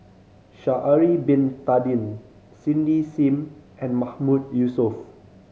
Sha'ari Bin Tadin Cindy Sim and Mahmood Yusof